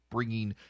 bringing